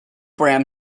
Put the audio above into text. bram